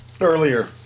earlier